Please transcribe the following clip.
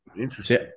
Interesting